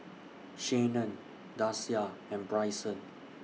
Shanon Dasia and Bryson